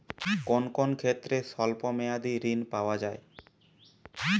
কোন কোন ক্ষেত্রে স্বল্প মেয়াদি ঋণ পাওয়া যায়?